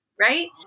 Right